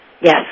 Yes